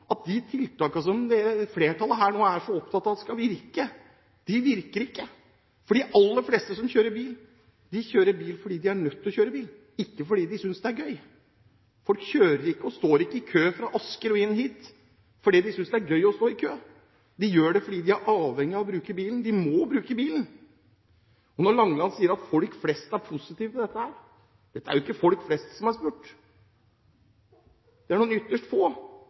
at de tiltakene som flertallet her er så opptatt av skal virke, virker ikke, for de aller fleste som kjører bil, kjører bil fordi de er nødt til å kjøre bil – ikke fordi de synes det er gøy. Folk står ikke i kø fra Asker og inn hit fordi de synes det er gøy å stå i kø. De gjør det fordi de er avhengig av å bruke bilen – de må bruke bilen. Langeland sier at folk flest er positive til dette. Det er jo ikke folk flest som er spurt. Det er noen ytterst få